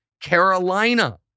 Carolina